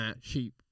sheep